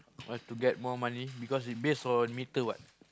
why to get more money because it's based on meter what